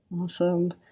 Awesome